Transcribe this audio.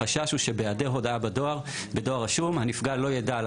החשש הוא שבהיעדר הודעה בדואר רשום הנפגע לא ידע על